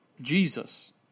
Jesus